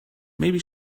maybe